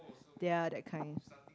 there are that kind